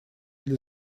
для